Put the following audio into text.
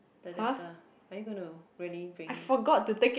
the adaptor are you gonna really bring